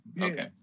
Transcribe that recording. okay